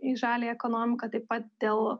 į žaliąją ekonomiką taip pat dėl